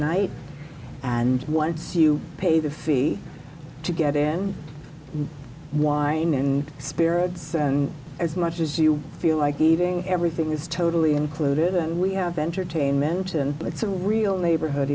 night and once you pay the fee to get in wine and spirits and as much as you feel like eating everything is totally included and we have entertainment and it's a real neighborhood